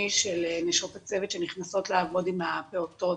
של נשות הצוות שנכנסות לעבוד עם הפעוטות,